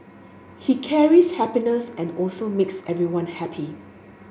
he carries happiness and also makes everyone happy